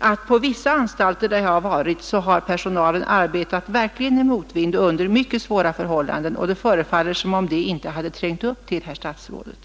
att på vissa anstalter som jag besökt har personalen arbetat i verklig motvind och under mycket svåra förhållanden. Det förefaller som om detta inte hade trängt upp till herr statsrådet.